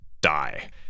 die